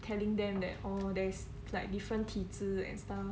telling them that oh there's like different 体制 and stuff